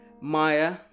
Maya